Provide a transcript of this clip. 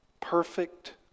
perfect